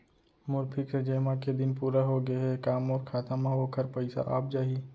मोर fix जेमा के दिन पूरा होगे हे का मोर खाता म वोखर पइसा आप जाही?